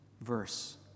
verse